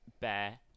bear